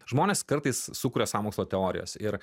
žmonės kartais sukuria sąmokslo teorijas ir